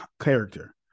character